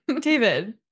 David